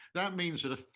that means that a